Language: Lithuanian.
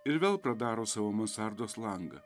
ir vėl daro savo mansardos langą